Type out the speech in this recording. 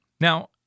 Now